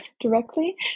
directly